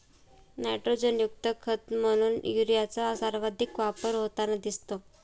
नायट्रोजनयुक्त खत म्हणून युरियाचा सर्वाधिक वापर होताना दिसतो